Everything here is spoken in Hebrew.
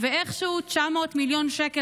ואיכשהו 900 מיליון שקל,